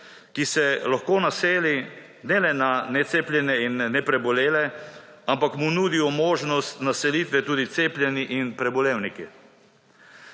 ki se lahko naseli ne le na necepljene in neprebolele, ampak mu nudijo možnost naselitve tudi cepljeni in prebolevniki.